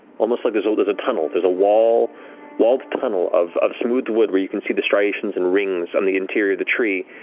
almost like there's there's a tunnel. there's a walled walled tunnel of of smooth wood where you can see the striations and rings on the interior of the tree,